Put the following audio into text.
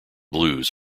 blues